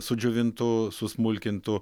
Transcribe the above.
sudžiovintų susmulkintų